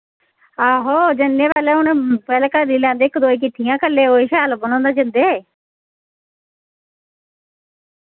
आहो जन्ने पैह्लै उ'ने पैह्लै करी लैंदे इक दो ही किट्ठियां कल्ले थोह्ड़ी शैल लब्भन होंदा जन्दे